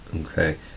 okay